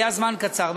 היה זמן קצר.